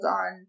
on